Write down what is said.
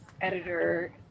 editor